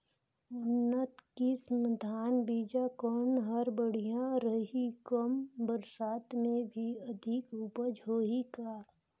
उन्नत किसम धान बीजा कौन हर बढ़िया रही? कम बरसात मे भी अधिक उपज होही का?